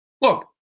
look